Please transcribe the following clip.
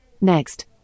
Next